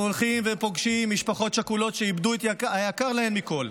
אנחנו הולכים ופוגשים משפחות שכולות שאיבדו את היקר להן מכול,